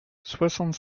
soixante